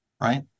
right